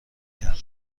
کرد